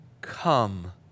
Come